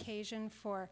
occasion for